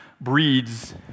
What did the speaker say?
breeds